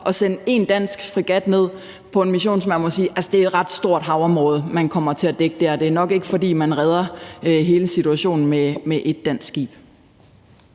at sende en dansk fregat ned på en mission, hvor man må sige, at det er et ret stort havområde, man kommer til at dække. Det er nok ikke, fordi man redder hele situationen med ét dansk skib.